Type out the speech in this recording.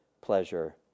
pleasure